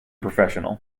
professional